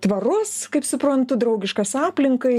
tvarus kaip suprantu draugiškas aplinkai